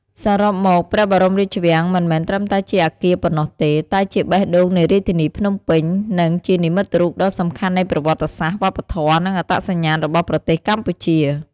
សរុបមក ព្រះបរមរាជវាំងមិនមែនត្រឹមតែជាអគារប៉ុណ្ណោះទេ តែជាបេះដូងនៃរាជធានីភ្នំពេញ និងជានិមិត្តរូបដ៏សំខាន់នៃប្រវត្តិសាស្ត្រ វប្បធម៌ និងអត្តសញ្ញាណរបស់ប្រទេសកម្ពុជា។